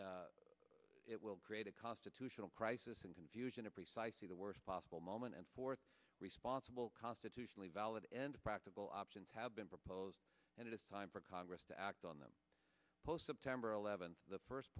occurs it will create a constitutional crisis and confusion in precisely the worst possible moment and fourth responsible constitutionally valid and practical options have been proposed and it is time for congress to act on them post september eleventh the first